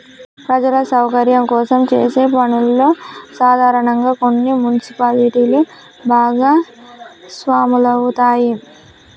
ప్రజల సౌకర్యం కోసం చేసే పనుల్లో సాధారనంగా కొన్ని మున్సిపాలిటీలు భాగస్వాములవుతాయి